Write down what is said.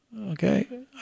Okay